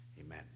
Amen